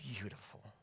beautiful